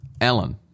Ellen